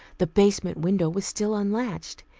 the basement window was still unlatched.